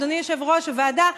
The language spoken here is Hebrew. אדוני יושב-ראש הוועדה,